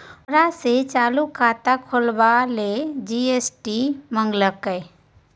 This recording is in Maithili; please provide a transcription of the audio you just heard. ओकरा सँ चालू खाता खोलबाक लेल जी.एस.टी मंगलकै